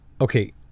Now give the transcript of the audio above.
Okay